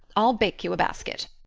i'll bake you a basket.